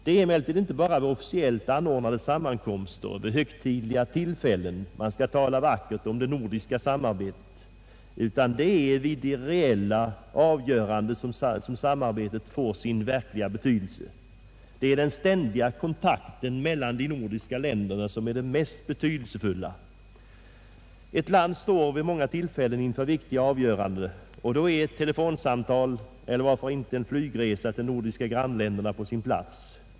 Det är emellertid inte bara vid officiellt anordnade sammankomster och vid högtidliga tillfällen man skall tala vackert om det nordiska samarbetet, utan det är vid de reella avgörandena som samarbetet får sin verkliga betydelse. Det är den ständiga kontakten mellan de nordiska länderna som är det mest betydelsefulla. Ett land står vid många tillfällen inför viktiga avgöranden, och då är ett telefonsamtal eller varför inte en flygresa till de nordiska grannländerna på sin plats.